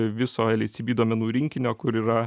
viso lhcb duomenų rinkinio kur yra